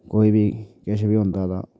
कोई बी किश बी होंदा तां